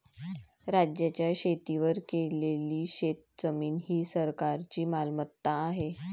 राज्याच्या शेतीवर केलेली शेतजमीन ही सरकारची मालमत्ता आहे